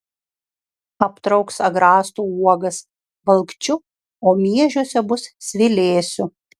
aptrauks agrastų uogas valkčiu o miežiuose bus svilėsių